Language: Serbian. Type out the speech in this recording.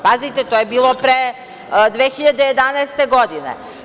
Pazite, to je bilo pre 2011. godine.